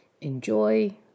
enjoy